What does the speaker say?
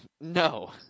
No